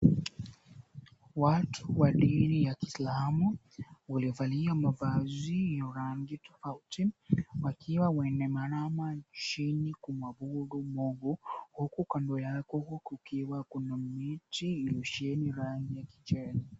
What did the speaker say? Watu wa dini ya kiislamu, waliovalia mavazi ya rangi tofauti. Wakiwa wameinama chini, kumuabudu mungu. Huku kando yao kukiwa kuna miti, imesheheni rangi ya kijani.